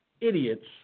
idiots